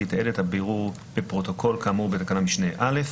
יתעד את הבירור בפרוטוקול כאמור בתקנת משנה (א)